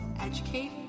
Educate